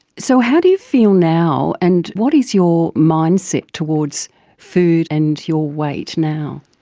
so how do you feel now and what is your mindset towards food and your weight now?